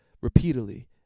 repeatedly